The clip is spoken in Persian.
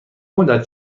مدت